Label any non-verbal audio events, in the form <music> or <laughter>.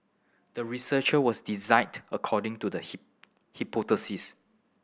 the research was designed according to the <unintelligible> hypothesis